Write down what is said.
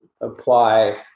apply